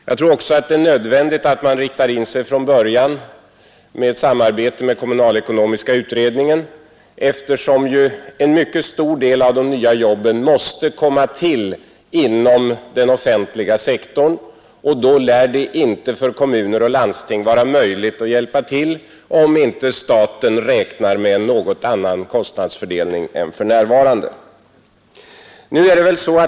Jag tror också att det är nödvändigt att man från början riktar in sig på ett samarbete med kommunalekonomiska utredningen, eftersom en mycket stor del av de nya jobben måste komma till inom den offentliga sektorn. Då lär det inte för kommuner och landsting vara möjligt att hjälpa till, om inte staten räknar med en något annan kostnadsfördelning än för närvarande.